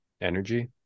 Energy